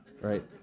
right